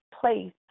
place